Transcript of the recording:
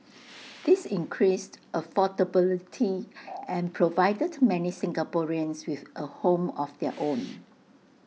this increased affordability and provided many Singaporeans with A home of their own